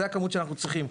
זו הכמות שאנחנו צריכים,